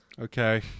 Okay